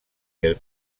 del